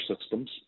systems